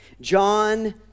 John